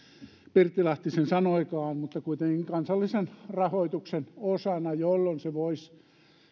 pirttilahti sen sanoikaan mutta kuitenkin kansallisen rahoituksen osana jolloin se voisi